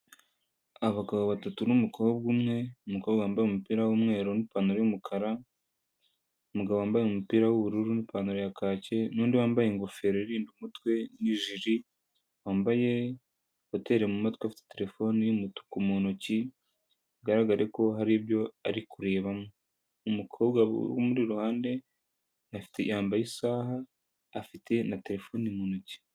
Abagabo batatu numukobwa umwe numukobwa wambaye umupira wumweru nipantaro yumukara umugabo wambaye umupira w'ubururu n nipantaro ya ka nundi wambaye ingofero irindamba umutwe yijiri wambaye hoteri mu mumatwe afite terefone yumutuku mu ntoki bigaragare ko hari ibyo ari kureba umukobwa uri iruhande afite yambaye isaha afite na terefone mu ntoki.